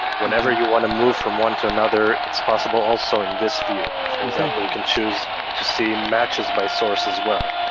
whenever you want to move from one to another it's possible also in this view. for example you can choose to see matches by source as well.